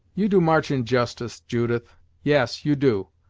you do march injustice, judith yes, you do.